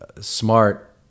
smart